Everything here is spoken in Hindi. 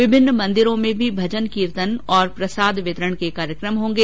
विभिन्न मंदिरों में भी भजन कीर्तन और प्रसादी वितरण के कार्यक्रम होंगे